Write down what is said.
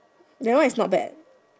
that one is not bad